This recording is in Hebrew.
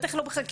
בטח לא בחקירות.